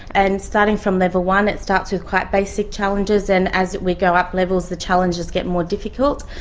and starting from level one it starts with quite basic challenges, and as we go up levels, the challenges get more difficult.